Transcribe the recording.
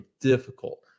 difficult